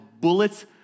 bullets